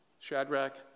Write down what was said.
Shadrach